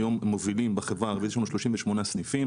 היום אין בבנק לאומי פער בכרטיסי אשראי ביחס לחברה הכללית,